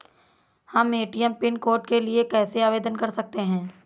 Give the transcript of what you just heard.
हम ATM PIN code के लिए कैसे आवेदन कर सकते हैं?